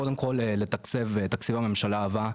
קודם כל לתקצב את תקציב הממשלה הבא,